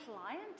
client